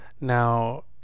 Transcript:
Now